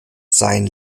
sein